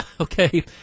Okay